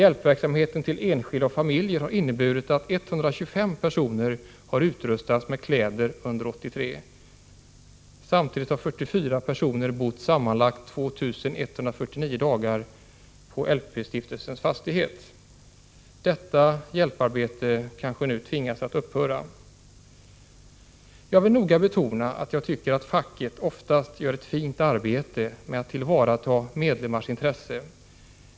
Hjälpverksamheten till enskilda och familjer har inneburit att 125 personer har utrustats med kläder under 1983. Samtidigt har 44 personer bott sammanlagt 2 149 dagar i LP-stiftelsens fastighet. Detta hjälparbete tvingas nu kanske upphöra. Jag vill noga betona att jag tycker att facket oftast gör ett fint arbete med att tillvarata medlemmars intressen.